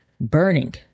burning